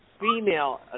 female